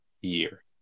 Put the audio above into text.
year